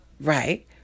right